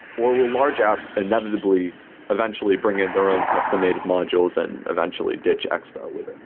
or will large apps inevitably eventually bring in their own custom native modules and eventually ditch expo with?